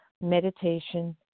meditation